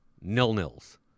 nil-nils